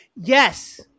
Yes